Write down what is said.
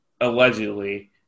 allegedly